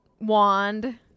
wand